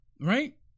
right